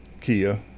Kia